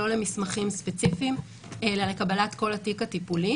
לא למסמכים ספציפיים אלא לקבלת כל התיק הטיפולי.